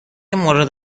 مورد